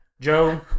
Joe